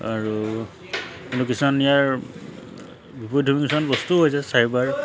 আৰু কিন্তু ইয়াৰ বিপৰীতধৰ্মী কিছুমান বস্তুও হৈছে চাৰিবাৰ